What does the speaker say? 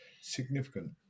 significant